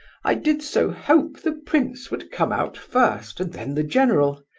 i did so hope the prince would come out first, and then the general.